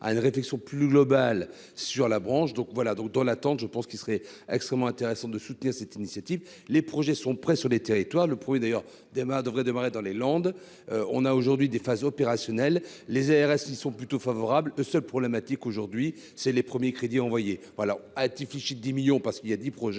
à une réflexion plus globale sur la branche donc voilà donc dans l'attente, je pense qu'il serait extrêmement intéressant de soutenir cette initiative, les projets sont prêts sur les territoires, le 1er d'ailleurs demain devrait démarrer dans les Landes, on a aujourd'hui des phases opérationnelles, les ARS, ils sont plutôt favorables, ce problématique aujourd'hui, c'est les premiers crédits envoyé voilà ah difficile 10 millions parce qu'il y a 10 projets